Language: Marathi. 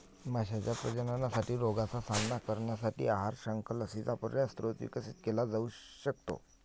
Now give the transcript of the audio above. माशांच्या प्रजननासाठी रोगांचा सामना करण्यासाठी आहार, शंख, लसींचा पर्यायी स्रोत विकसित केला जाऊ शकतो